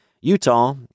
Utah